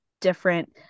different